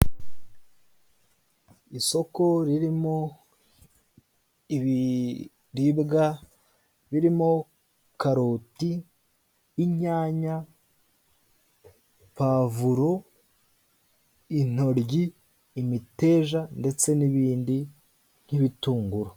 Isoko ririmo ibiribwa birimo: karoti, inyanya, pavuro, intoryi, imiteja ndetse n'ibindi nk'ibitunguru.